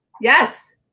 Yes